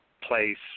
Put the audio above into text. place